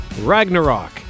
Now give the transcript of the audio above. Ragnarok